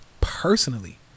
personally